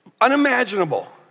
unimaginable